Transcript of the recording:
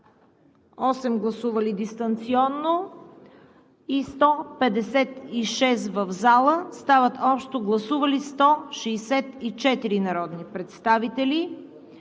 са гласували дистанционно и 156 в залата, стават общо гласували 164 народни представители: